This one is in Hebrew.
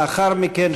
לאחר מכן,